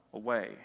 away